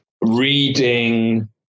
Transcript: reading